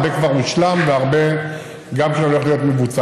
הרבה כבר הושלם והרבה גם כן הולך להיות מבוצע.